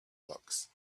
looks